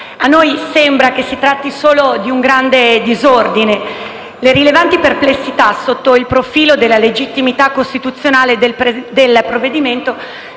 a noi sembra si tratti solo di un grande disordine. Le rilevanti perplessità, sotto il profilo della legittimità costituzionale del provvedimento,